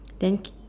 then k~